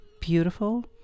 beautiful